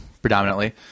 predominantly